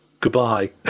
Goodbye